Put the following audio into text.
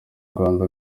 rwanda